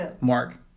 Mark